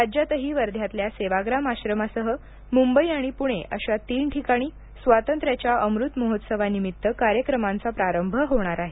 राज्यातही वर्ध्यातल्या सेवाग्राम आश्रमासह मुंबई आणि पुणे अशा तीन ठिकाणी स्वातंत्र्याच्या अमृत महोत्सवानिमित्त कार्यक्रमांचा प्रारंभ होणार आहे